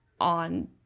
on